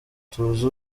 tuza